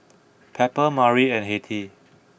Pepper Mari and Hettie